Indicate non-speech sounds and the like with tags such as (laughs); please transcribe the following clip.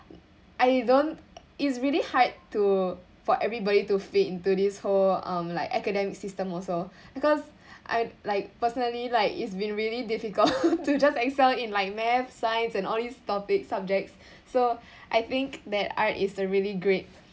I don't (noise) it's really hard to for everybody to fit into this whole um like academic system also (breath) because (breath) I like personally like it's been really difficult (laughs) to just excel in like math science and all these topics subjects (breath) so I think that art is the really great